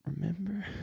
remember